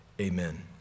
amen